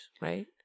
right